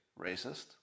racist